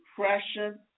depression